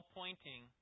pointing